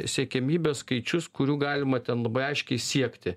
siekiamybę skaičius kurių galima ten labai aiškiai siekti